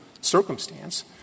circumstance